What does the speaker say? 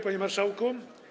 Panie Marszałku!